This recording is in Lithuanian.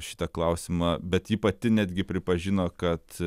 šitą klausimą bet ji pati netgi pripažino kad